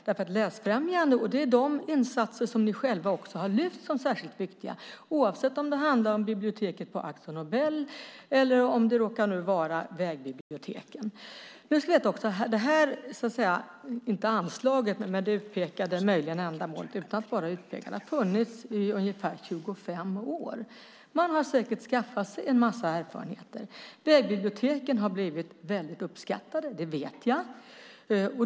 Insatser för läsfrämjande har ni själva lyft fram som särskilt viktiga, oavsett om det handlar om biblioteket på Akzo Nobel eller om det råkar vara vägbiblioteken. Det här inte anslaget men möjligen utpekade ändamålet har funnits i ungefär 25 år. Man har säkert skaffat sig en massa erfarenheter. Vägbiblioteken har blivit väldigt uppskattade, det vet jag.